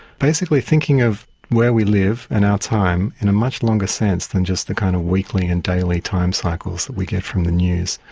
basically thinking of where we live and our time in a much longer sense than just the kind of weekly and daily time cycles that we get from the news.